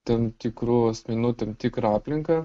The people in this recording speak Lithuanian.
tam tikrų asmenų tam tikrą aplinką